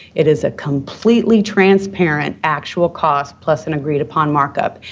it is a completely transparent actual cost plus an agreed-upon markup,